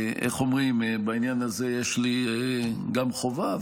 בעניין הזה יש לי גם חובה,